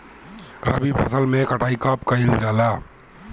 रबी फसल मे कटाई कब कइल जाला?